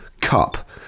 cup